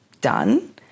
done